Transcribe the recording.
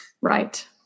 Right